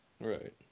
Right